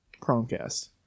chromecast